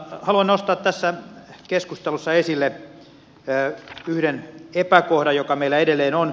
haluan nostaa tässä keskustelussa esille yhden epäkohdan joka meillä edelleen on